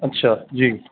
اچھا جی